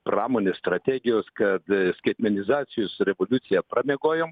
pramonės strategijos kad skaitmenizacijos revoliuciją pramiegojom